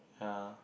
ya